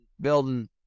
building